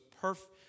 perfect